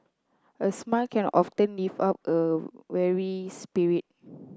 a smile can often lift up a weary spirit